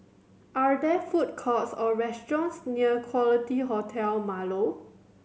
are there food courts or restaurants near Quality Hotel Marlow